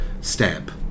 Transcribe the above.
stamp